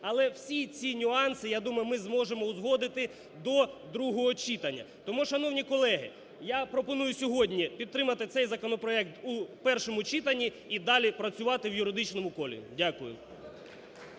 Але всі ці нюанси, я думаю, ми зможемо узгодити до другого читання. Тому, шановні колеги, я пропоную сьогодні підтримати цей законопроект у першому читанні і далі працювати в юридичному колі. Дякую.